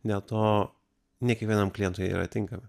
dėl to ne kiekvienam klientui jie yra tinkami